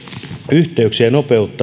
yhteyksiä nopeutta